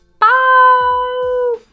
Bye